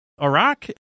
Iraq